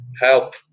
help